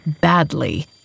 badly